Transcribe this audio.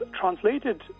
translated